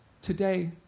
today